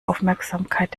aufmerksamkeit